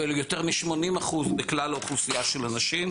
ויותר מ-80% בכלל האוכלוסייה של הנשים.